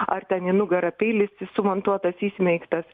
ar ten į nugarą peilis sumontuotas įsmeigtas